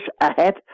ahead